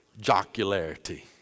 jocularity